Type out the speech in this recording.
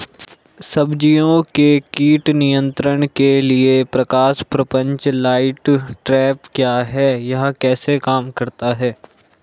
सब्जियों के कीट नियंत्रण के लिए प्रकाश प्रपंच लाइट ट्रैप क्या है यह कैसे काम करता है?